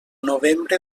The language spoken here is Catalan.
novembre